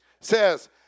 says